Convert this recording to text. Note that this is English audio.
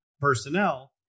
personnel